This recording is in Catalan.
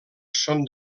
són